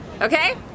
Okay